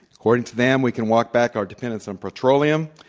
according to them we can walk back our dependence on petroleum,